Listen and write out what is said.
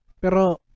Pero